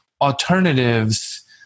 alternatives